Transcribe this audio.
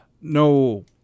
no